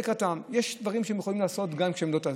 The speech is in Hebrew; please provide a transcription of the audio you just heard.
יש דברים שהם יכולים לעשות גם כשהם לא טייסים: